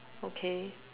okay